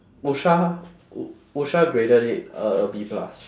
usha usha graded it a a B plus